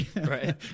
Right